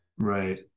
Right